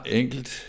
enkelt